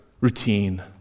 routine